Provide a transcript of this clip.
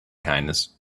kindness